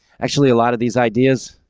actually, a lot of these ideas,